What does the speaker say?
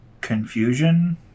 confusion